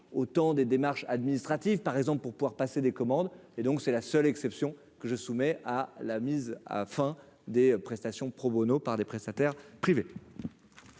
au temps des démarches administratives, par exemple, pour pouvoir passer des commandes, et donc c'est la seule exception que je soumets à la mise à enfin des prestations pro Bono par des prestataires privés.